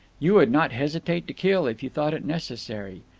you would not hesitate to kill if you thought it necessary.